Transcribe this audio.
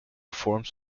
forms